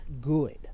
good